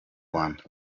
rwanda